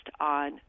on